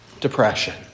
depression